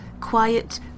quiet